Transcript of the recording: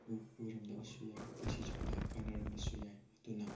ꯎꯔꯝꯗꯕꯁꯨ ꯌꯥꯏ ꯄꯨꯟꯁꯤ ꯆꯨꯞꯄ ꯀꯥꯏꯅꯔꯝꯕꯁꯨ ꯌꯥꯏ ꯑꯗꯨꯅ